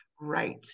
right